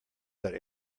that